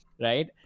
Right